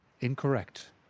Incorrect